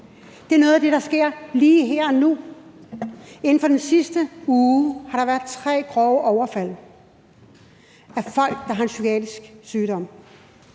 Det er noget af det, der sker lige her og nu. Inden for den sidste uge har der været tre grove overfald af folk, der har en psykiatrisk sygdom.